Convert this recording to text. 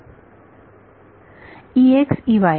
विद्यार्थी E x